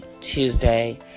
tuesday